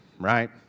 right